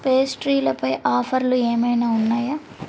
పేస్ట్రీలపై ఆఫర్లు ఏమైనా ఉన్నాయా